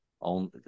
On